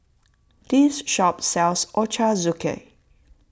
this shop sells Ochazuke